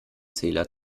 zähler